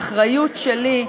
האחריות שלי,